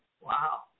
Wow